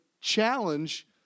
challenge